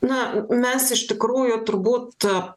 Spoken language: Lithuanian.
na mes iš tikrųjų turbūt